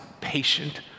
patient